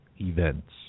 events